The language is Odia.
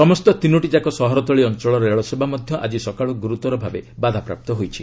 ସମସ୍ତ ତିନୋଟିଯାକ ସହରତଳି ଅଞ୍ଚଳ ରେଳସେବା ମଧ୍ୟ ଆଜି ସକାଳୁ ଗୁରୁତର ଭାବେ ବାଧାପ୍ରାପ୍ତ ହୋଇଛି